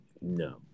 No